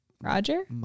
Roger